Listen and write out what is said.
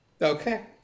Okay